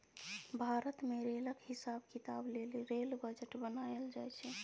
भारत मे रेलक हिसाब किताब लेल रेल बजट बनाएल जाइ छै